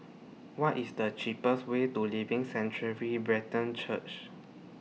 What IS The cheapest Way to Living Sanctuary Brethren Church